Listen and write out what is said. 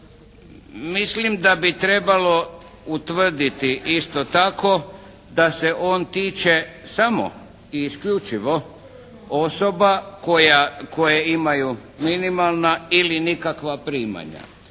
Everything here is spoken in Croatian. Mislim da bi trebalo utvrditi isto tako da se on tiče samo i isključivo osoba koje imaju minimalna ili nikakva primanja